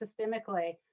systemically